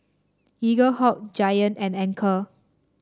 Eaglehawk Giant and Anchor